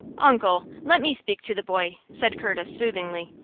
uncle, let me speak to the boy, said curtis, soothingly.